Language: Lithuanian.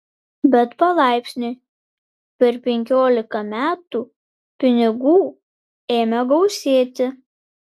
bet palaipsniui per penkiolika metų pinigų ėmė gausėti